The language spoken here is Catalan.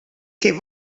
què